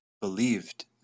believed